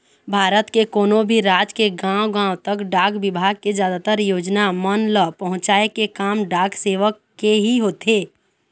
भारत के कोनो भी राज के गाँव गाँव तक डाक बिभाग के जादातर योजना मन ल पहुँचाय के काम डाक सेवक के ही होथे